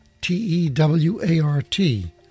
T-E-W-A-R-T